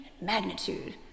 magnitude